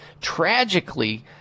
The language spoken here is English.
tragically